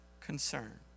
concern